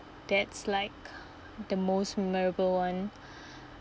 that's like the most memorable one